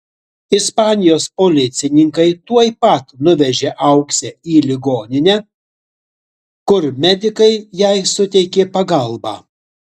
ispanijos policininkai tuoj pat nuvežė auksę į ligoninę kur medikai jai suteikė pagalbą